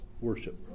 worship